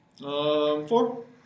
four